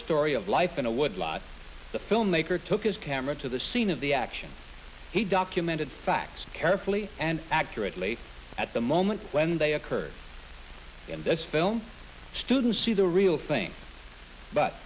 story of life in a woodlot the filmmaker took his camera to the scene of the action he documented facts carefully and accurately at the moment when they occur in this film students see the real thing but